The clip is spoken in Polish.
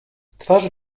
twarzy